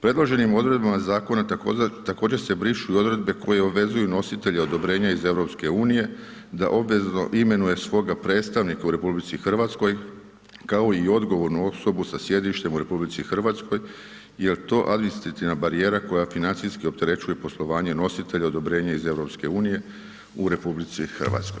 Predloženim odredbama zakona također se brišu odredbe koje obvezuju nositelja odobrenja iz EU, da obvezno imenuje svoga predstavnika u RH, kao i odgovornu osobu sa sjedištem u RH, jer je to administrativna barijera koja financijski opterećuje poslovanje nositelja odobrenja iz EU u RH.